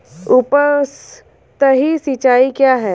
उपसतही सिंचाई क्या है?